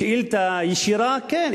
שאילתא ישירה, כן.